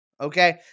okay